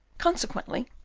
consequently,